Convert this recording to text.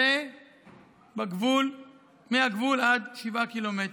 זה מהגבול עד 7 קילומטר.